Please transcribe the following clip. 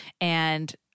and-